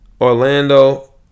Orlando